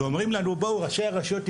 אומרים לנו: ראשי הרשויות,